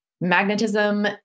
magnetism